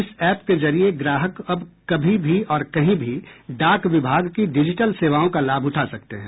इस एप के जरिये ग्राहक अब कभी भी और कहीं भी डाक विभाग की डिजिटल सेवाओं का लाभ उठा सकते हैं